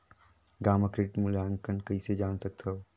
गांव म क्रेडिट मूल्यांकन कइसे जान सकथव?